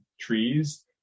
trees